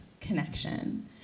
connection